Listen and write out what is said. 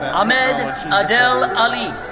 ahmed adel aly.